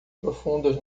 profundas